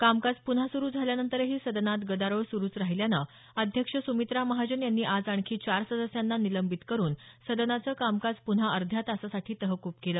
कामकाज पुन्हा सुरू झाल्यानंतरही सदनात गदारोळ सुरूच राहिल्यानं अध्यक्ष सुमित्रा महाजन यांनी आज आणखी चार सदस्यांना निलंबित करून सदनाचं कामकाज पुन्हा अर्ध्या तासासाठी तहकूब केलं